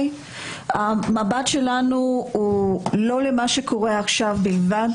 המבט שלנו הוא לא למה שקורה עכשיו בלבד,